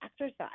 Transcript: exercise